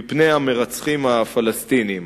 מפני מרצחים פלסטינים.